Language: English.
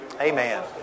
Amen